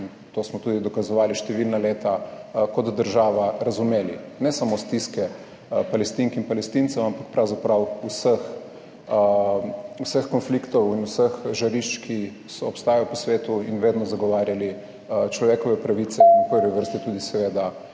in to smo tudi dokazovali številna leta, kot država razumeli ne samo stiske Palestink in Palestincev, ampak pravzaprav vseh, vseh konfliktov in vseh žarišč, ki obstajajo po svetu in vedno zagovarjali človekove pravice / znak za konec razprave/